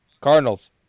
Cardinals